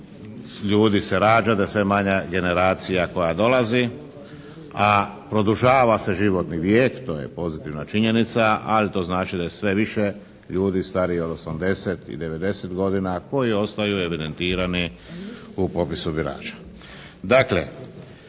ljudi se rađa, da je sve manja generacija koja dolazi, a produžava se životni vijek. To je pozitivna činjenica, ali to znači da je sve više ljudi starije od 80 i 90 godina koji ostaju evidentirani u popisu birača.